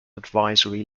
advisory